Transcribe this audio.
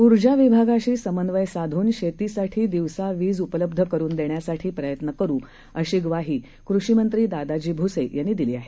ऊर्जा विभागाशी समन्वय साधून शेतीसाठी दिवसा वीज उपलब्ध करून देण्यासाठी प्रयत्न करू अशी ग्वाही कृषीमंत्री दादाजी भुसे यांनी दिली आहे